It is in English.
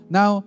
Now